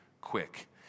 quick